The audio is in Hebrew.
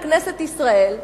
בכנסת ישראל,